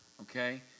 Okay